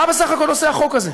מה בסך הכול עושה החוק הזה?